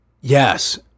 yes